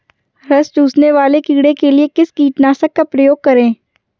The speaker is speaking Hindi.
रस चूसने वाले कीड़े के लिए किस कीटनाशक का प्रयोग करें?